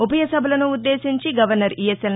ఉభయ సభలను ఉద్దేశించి గవర్నర్ ఈఎస్ఎల్